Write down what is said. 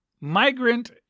Migrant